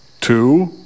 Two